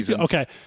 Okay